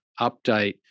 update